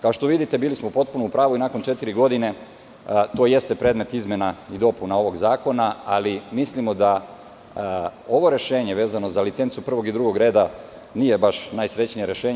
Kao što vidite, bili smo potpuno u pravu i nakon četiri godine to jeste predmet izmena i dopuna ovog zakona, ali mislimo da ovo rešenje vezano za licencu prvog i drugog reda, nije baš najsrećnije rešenje.